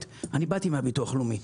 שנית, באתי מהביטוח הלאומי.